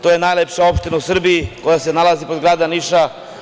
To je najlepša opština u Srbiji koja se nalazi kod grada Niša.